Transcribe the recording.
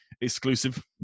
exclusive